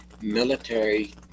military